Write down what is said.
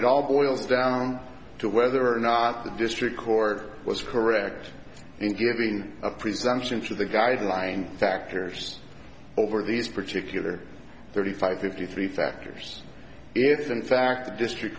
it all boils down to whether or not the district court was correct in giving a presumption for the guideline factors over these particular thirty five fifty three factors if in fact the district